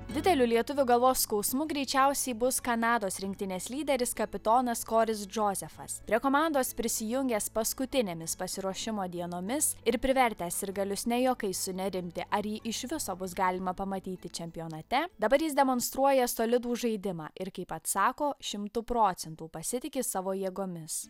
dideliu lietuvių galvos skausmu greičiausiai bus kanados rinktinės lyderis kapitonas koris džozefas prie komandos prisijungęs paskutinėmis pasiruošimo dienomis ir privertęs sirgalius ne juokais sunerimti ar jį iš viso bus galima pamatyti čempionate dabar jis demonstruoja solidų žaidimą ir kaip pats sako šimtu procentų pasitiki savo jėgomis